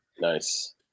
Nice